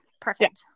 Perfect